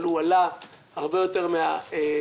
אבל הוא עלה הרבה יותר מהערכה,